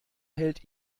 hält